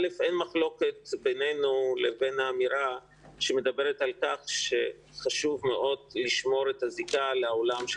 אין מחלוקת בינינו על כך שחשוב מאוד לשמור את הזיקה לעולם של